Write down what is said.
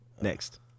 Next